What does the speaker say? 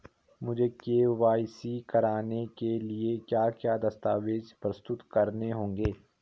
मुझे के.वाई.सी कराने के लिए क्या क्या दस्तावेज़ प्रस्तुत करने होंगे?